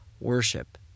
worship